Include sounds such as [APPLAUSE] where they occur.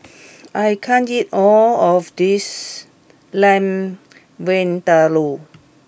[NOISE] I can't eat all of this Lamb Vindaloo